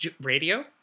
Radio